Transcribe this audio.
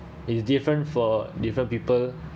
is different for different people